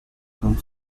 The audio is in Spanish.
con